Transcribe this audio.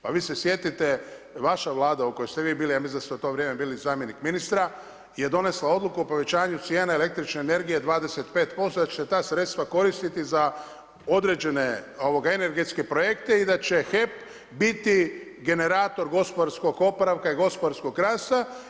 Pa vi se sjetite, vaša Vlada u kojoj ste vi bili ja mislim da ste u to vrijeme bili zamjenik ministra je donijela odluku o povećanju cijene električne energije 25% da će se ta sredstva koristiti za određene energetske projekte i da će HEP biti generator gospodarskog oporavka i gospodarskog rasta.